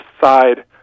side